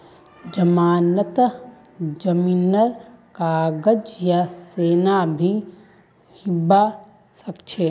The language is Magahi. जमानतत जमीनेर कागज या सोना भी हबा सकछे